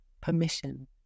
permission